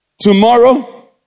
tomorrow